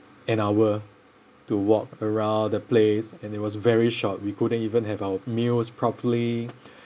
an hour to walk around the place and it was very short we couldn't even have our meals properly